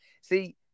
See